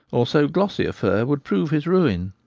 or so glossy a fur would prove his ruin.